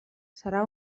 serà